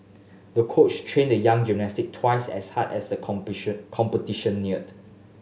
the coach trained the young gymnast twice as hard as the competition neared